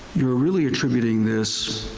you're really attributing this,